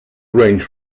range